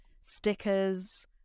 stickers